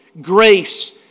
Grace